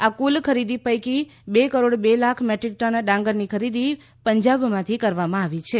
આ કુલ ખરીદી પૈકી બે કરોડ બે લાખ મેટ્રીક ટન ડાંગરની ખરીદી પંજાબમાંથી કરવામાં આવી છે